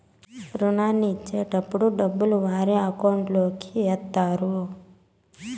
రుణాన్ని ఇచ్చేటటప్పుడు డబ్బులు వారి అకౌంట్ లోకి ఎత్తారు